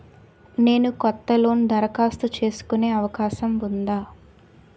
నేను కొత్త లోన్ దరఖాస్తు చేసుకునే అవకాశం ఉందా?